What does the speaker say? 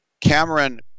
Cameron